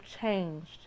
changed